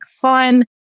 fun